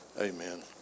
Amen